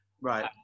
Right